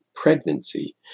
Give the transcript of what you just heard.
pregnancy